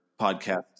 podcast